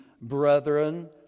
brethren